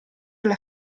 alla